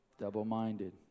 double-minded